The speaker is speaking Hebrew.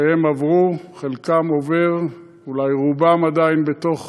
שהם עברו, חלקם עובר, אולי רובם עדיין בתוך